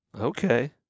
Okay